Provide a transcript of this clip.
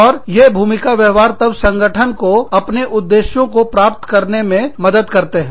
और ये भूमिका व्यवहार तब संगठन को अपने उद्देश्यों को प्राप्त करने में मदद करते हैं